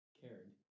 cared